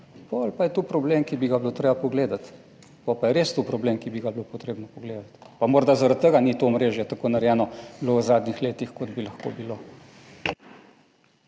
potem pa je to problem, ki bi ga bilo treba pogledati. Potem pa je res to problem, ki bi ga bilo potrebno pogledati pa morda zaradi tega ni bilo to omrežje tako narejeno v zadnjih letih, kot bi lahko bilo.